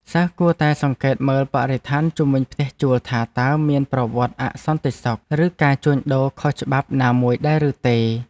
សិស្សគួរតែសង្កេតមើលបរិស្ថានជុំវិញផ្ទះជួលថា តើមានប្រវត្តិអសន្តិសុខឬការជួញដូរខុសច្បាប់ណាមួយដែរឬទេ។